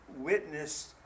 witnessed